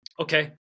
okay